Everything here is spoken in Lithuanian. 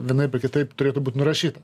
vienaip ar kitaip turėtų būt nurašyta